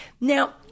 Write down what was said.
Now